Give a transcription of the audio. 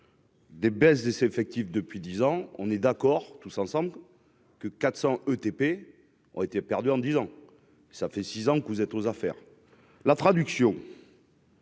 Des baisses des effectifs depuis 10 ans, on est d'accord tous ensemble, que 400 ETP ont été perdus en disant : ça fait 6 ans que vous êtes aux affaires, la traduction.